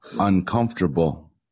uncomfortable